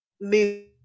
move